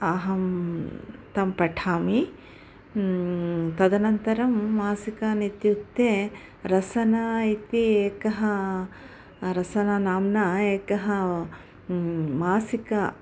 अहं तां पठामि तदनन्तरं मासिकम् इत्युक्ते रसना इति एकः रसना नाम्ना एकं मासिकं